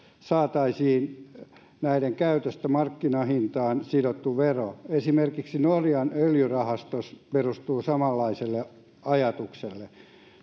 saataisiin näiden käytöstä markkinahintaan sidottu vero esimerkiksi norjan öljyrahasto perustuu samanlaiselle ajatukselle